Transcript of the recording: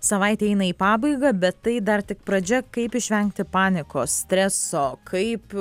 savaitė eina į pabaigą bet tai dar tik pradžia kaip išvengti panikos streso kaip